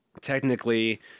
technically